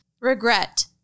regret